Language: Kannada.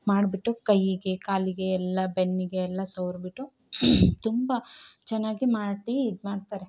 ಮಾಡಿಬಿಟ್ಟು ಕೈಯಿಗೆ ಕಾಲಿಗೆ ಎಲ್ಲ ಬೆನ್ನಿಗೆ ಎಲ್ಲ ಸವ್ರಿಬಿಟ್ಟು ತುಂಬ ಚೆನ್ನಾಗಿ ಮಾಡ್ತಾ ಇದು ಮಾಡ್ತಾರೆ